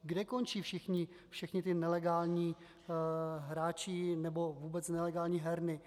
Kde končí všichni ti nelegální hráči nebo vůbec nelegální herny?